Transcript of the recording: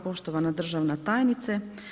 Poštovana državna tajnice.